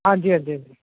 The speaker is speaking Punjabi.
ਹਾਂਜੀ ਹਾਂਜੀ ਹਾਂਜੀ